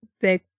big